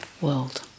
world